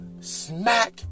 Smack